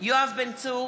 יואב בן צור,